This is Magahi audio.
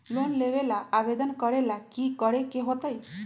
लोन लेबे ला आवेदन करे ला कि करे के होतइ?